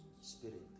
spirit